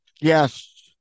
yes